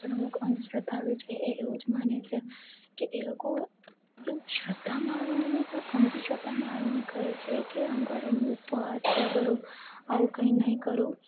પણ અમુક અંધશ્રદ્ધાળુ છે એ એવું જ માંને છે કે એ લોકો એવું શ્રદ્ધામાં આવીને નઈ પણ અંધશ્રદ્ધામાં આવીને કરે છે કે અમુક વાર ઉપવાસ કે અગર હું આવું કંઇ નહીં કરું